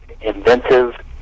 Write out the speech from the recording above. inventive